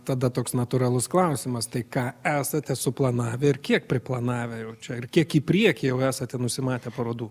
tada toks natūralus klausimas tai ką esate suplanavę ir kiek priplanavę jau čia ir kiek į priekį jau esate nusimatę parodų